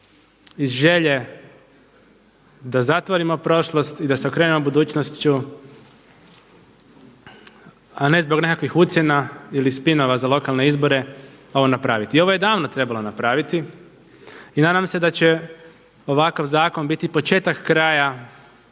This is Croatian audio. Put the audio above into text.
iz želje da zatvorimo prošlost i da se okrenemo budućnošću a ne zbog nekakvih ucjena ili spinova za lokalne izbore ovo napraviti. I ovo je davno trebalo napraviti i nadam se da će ovakav zakon biti početak kraja